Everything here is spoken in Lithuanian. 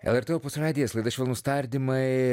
lrt opus radijas laida švelnūs tardymai